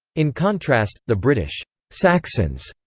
in contrast, the british saxons,